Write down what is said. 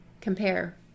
compare